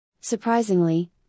Surprisingly